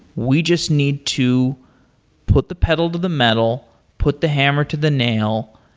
we just need to put the pedal to the metal, put the hammer to the nail,